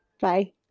Bye